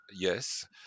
yes